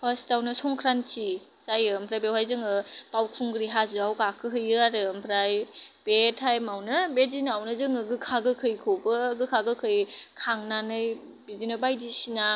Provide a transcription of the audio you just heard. फार्स्टआवनो संख्रान्थि जायो ओमफ्राय बेवहाय जोङो दावखुंग्रि हाजोआव गाखौ हैयो आरो ओमफ्राय बे टाइमआवनो बे दिनावनो जोङो गोखा गोखौखौबो गोखा गोखै खांनानै बिदिनो बायदिसिना